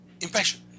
impression